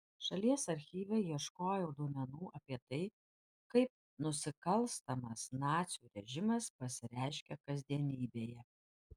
šalies archyve ieškojau duomenų apie tai kaip nusikalstamas nacių režimas pasireiškė kasdienybėje